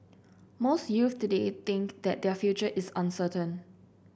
most youths today think that their future is uncertain